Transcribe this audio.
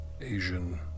Asian